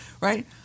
Right